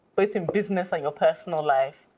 both in business and your personal life,